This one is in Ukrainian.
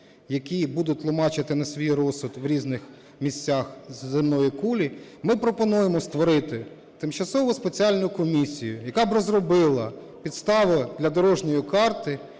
які будуть тлумачити на свій розсуд в різних місцях земної кулі, ми пропонуємо створити тимчасову спеціальну комісію, яка б розробила підстави для дорожньої карти,